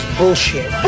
bullshit